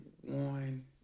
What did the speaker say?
one